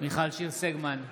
מיכל שיר סגמן,